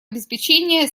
обеспечения